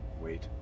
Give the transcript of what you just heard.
Wait